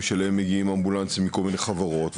שאליהם מגיעים אמבולנסים מכל מיני חברות,